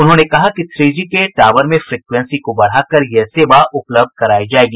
उन्होंने कहा कि थ्री जी के टावर में फ्रिक्वेंसी को बढ़ाकर यह सेवा उपलब्ध करायी जायेगी